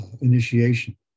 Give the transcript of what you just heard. initiation